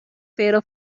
fatal